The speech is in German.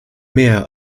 mehr